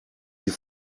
die